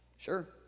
Sure